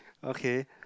okay